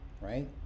right